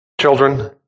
Children